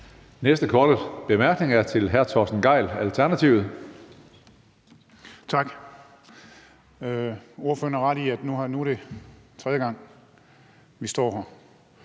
Næste korte bemærkning er til hr. Torsten Gejl, Alternativet. Kl. 16:16 Torsten Gejl (ALT): Tak. Ordføreren har ret i, at nu er det tredje gang, vi står her,